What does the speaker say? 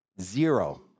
Zero